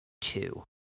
two